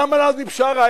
גם על עזמי בשארה,